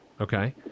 okay